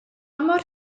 mor